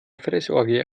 fressorgie